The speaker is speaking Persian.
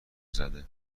زده